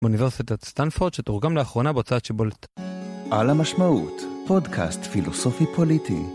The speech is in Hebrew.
באוניברסיטת סטנפורד שתורגם לאחרונה בוצעת שבולט. על המשמעות פודקאסט פילוסופי פוליטי.